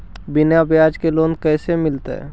बिना ब्याज के लोन कैसे मिलतै?